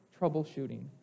troubleshooting